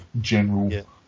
general